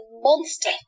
monster